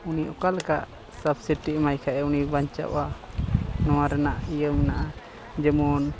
ᱩᱱᱤ ᱚᱠᱟ ᱞᱮᱠᱟ ᱥᱟᱵᱥᱤᱴᱤ ᱮᱢᱟᱭ ᱠᱷᱟᱡ ᱩᱱᱤ ᱵᱟᱧᱪᱟᱣᱼᱟ ᱱᱚᱣᱟ ᱨᱮᱱᱟᱜ ᱤᱭᱟᱹ ᱢᱮᱱᱟᱜᱼᱟ ᱡᱮᱢᱚᱱ